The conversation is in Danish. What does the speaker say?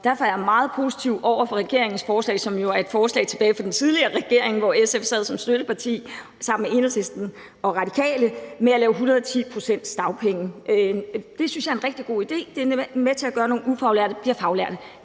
Derfor er jeg meget positiv over for regeringens forslag, som jo er et forslag tilbage fra den tidligere regering, hvor SF sad som støtteparti sammen med Enhedslisten og Radikale, om at lave 110 pct.s dagpenge. Det synes jeg er en rigtig god idé; det er med til at gøre, at nogle ufaglærte bliver faglærte.